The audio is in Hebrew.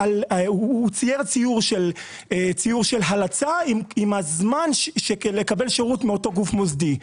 הוא צייר ציור של הלצה עם הזמן לקבל שירות מאותו גוף מוסדי,